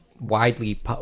widely